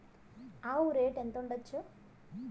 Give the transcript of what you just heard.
ఆవు రేటు ఎంత ఉండచ్చు?